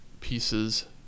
pieces